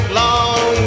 long